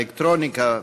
האלקטרוניקה ועוד.